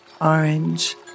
orange